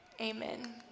Amen